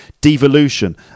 devolution